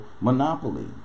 monopoly